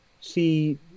see